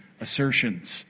assertions